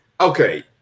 Okay